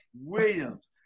Williams